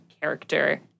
character